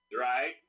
Right